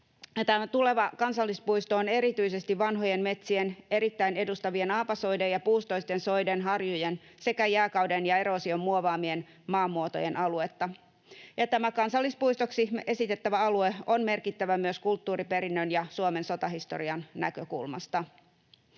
Tämä tuleva kansallispuisto on erityisesti vanhojen metsien, erittäin edustavien aapasoiden ja puustoisten soiden, harjujen sekä jääkauden ja eroosion muovaamien maamuotojen aluetta. Tämä kansallispuistoksi esitettävä alue on merkittävä myös kulttuuriperinnön ja Suomen sotahistorian näkökulmasta.